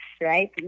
right